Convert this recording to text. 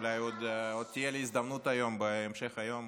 אולי עוד תהיה לי הזדמנות היום בהמשך היום.